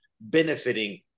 benefiting